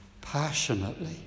passionately